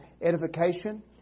edification